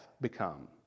become